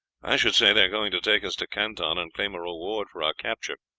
i should say they are going to take us to canton and claim a reward for our capture,